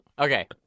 Okay